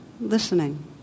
listening